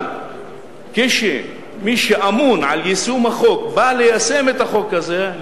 אבל כשמי שאמון על יישום החוק בא ליישם את החוק הזה,